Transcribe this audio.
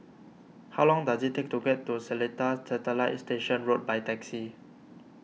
how long does it take to get to Seletar Satellite Station Road by taxi